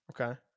Okay